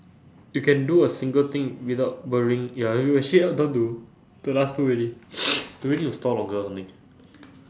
you can do a single thing without worrying ya you we actually ah down to the last two already do we need to stall longer or something